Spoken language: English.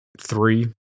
three